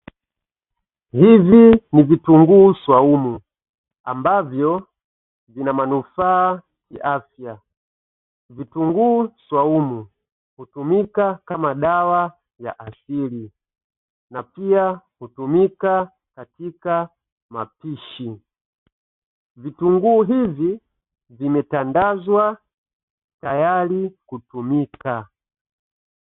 Hivi ni vitunguu swaumu ambavyo vina manufaa kiafya, vitunguu swaumu hutumika kama dawa ya asili na pia hutumika katika mapishi, vitunguu hivi vimetandazwa tayari kutumika.